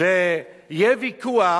שיהיה ויכוח